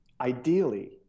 ideally